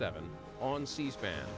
seven on c span